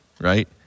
right